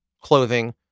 clothing